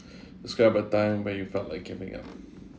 describe a time when you felt like giving up